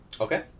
Okay